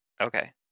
Okay